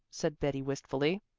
said betty wistfully.